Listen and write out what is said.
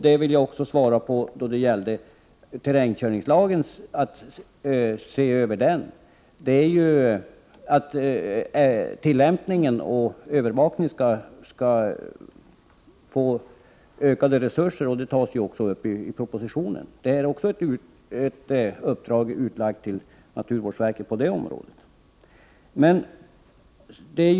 Det är vidare angeläget att se över terrängkörningslagen och dess tillämpning. Det skall ges ökade resurser till övervakning, vilket också nämns i propositionen. Även på det området har naturvårdsverket fått ett uppdrag.